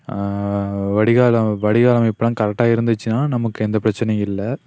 வடிகால் அமைப்பு வடிகால் அமைப்பெலாம் கரெக்டாக இருந்துச்சுன்னா நமக்கு எந்த பிரச்சினையும் இல்லை